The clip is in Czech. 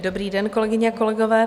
Dobrý den, kolegyně a kolegové.